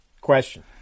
question